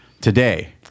today